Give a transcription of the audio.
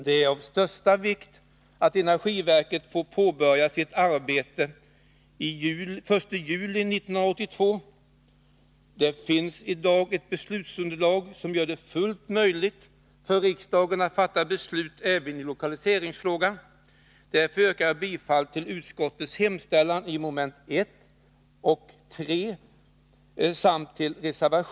Det är av största vikt att energiverket får påbörja sitt arbete den 1 juli 1982, och det finns i dag ett beslutsunderlag som gör det fullt möjligt för riksdagen att fatta beslut även i lokaliseringsfrågan. Därför yrkar jag